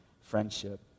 friendship